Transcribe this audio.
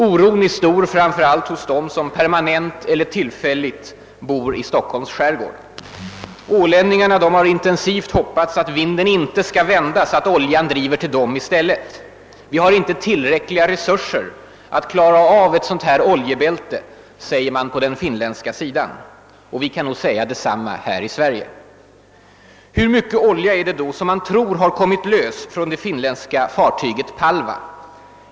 Oron är stor framför allt hos dem som permanent eller tillfälligt bor i Stockholms skärgård. Ålänningarna har intensivt hoppats att vinden inte skall vända så att oljan driver till dem i stället. Man har inte tillräckliga resurser för att klara av ett sådant här oljebälte, säger man på den finländska sidan. Här i Sverige kan vi nog säga detsamma. Hur mycket olja är det då som man tror har kommit lös från det finländska fartyget Palva?